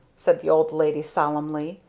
said the old lady solemnly.